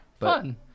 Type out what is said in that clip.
Fun